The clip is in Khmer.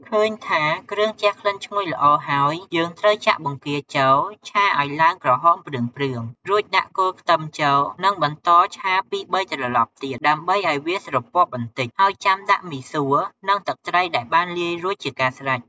ឃើញថាគ្រឿងជះក្លិនឈ្ញុយល្អហើយ យើងត្រូវចាក់បង្គាចូល ឆាឲ្យឡើងក្រហមព្រឿងៗ រួចដាក់គល់ខ្ទឹមចូល និងបន្តឆាពីរបីត្រឡប់ទៀត ដើម្បីឱ្យវាស្រពាប់បន្តិច ហើយចាំដាក់មីសួរ និងទឹកត្រីដែលបានលាយរួចជាការស្រេច។